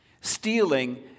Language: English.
Stealing